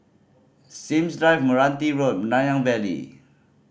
Sims Drive Meranti Road Nanyang Valley